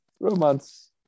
romance